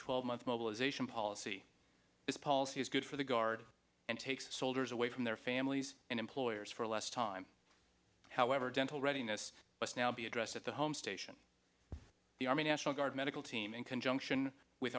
twelve month mobilization policy this policy is good for the guard and takes soldiers away from their families and employers for less time however dental readiness must now be addressed at the home station the army national guard medical team in conjunction with